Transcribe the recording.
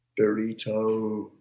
Burrito